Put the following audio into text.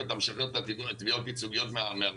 אתה משחרר את התביעות הייצוגיות מהרשתות?